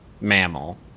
mammal